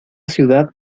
ciudad